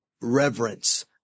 reverence